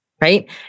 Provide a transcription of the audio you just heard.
right